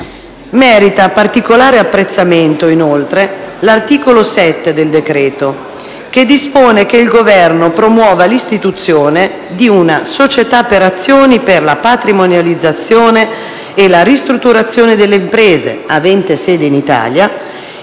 inoltre particolare apprezzamento l'articolo 7 del decreto-legge, che dispone che il Governo promuova l'istituzione di una società per azioni per la patrimonializzazione e la ristrutturazione delle imprese, avente sede in Italia,